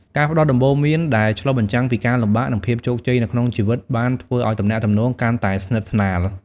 ការផ្តល់ដំបូន្មានដែលឆ្លុះបញ្ចាំងពីការលំបាក និងភាពជោគជ័យនៅក្នុងជីវិតបានធ្វើឲ្យទំនាក់ទំនងកាន់តែស្និទ្ធស្នាល។